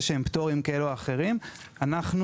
שהם פטורים כאלה או אחרים; זה לא חדש.